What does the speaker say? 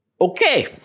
Okay